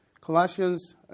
Colossians